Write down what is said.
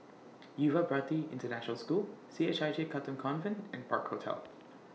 Yuva Bharati International School C H I J Katong Convent and Park Hotel